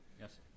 Yes